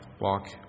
walk